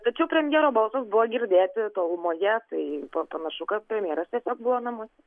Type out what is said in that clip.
tačiau premjero balsas buvo girdėti tolumoje tai pa panašu kad premjeras tiesiog buvo namuose